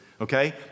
Okay